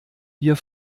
wir